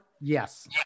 Yes